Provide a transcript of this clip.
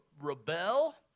rebel